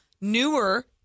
newer